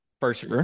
First